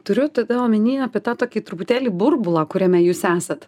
turiu tada omeny apie tą tokį truputėlį burbulą kuriame jūs esat